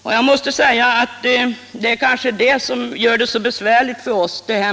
Det är kanske denna naturliga avgång som gör det så besvärligt för oss.